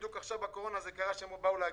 בדיוק עכשיו בגלל הקורונה הם באו להגיש,